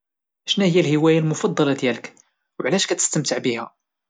شناهيا الهواية المفضلة ديالك وعلاش كتستمتع بيها؟